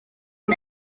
w’u